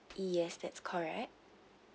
yes that's correct